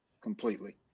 completely